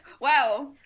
wow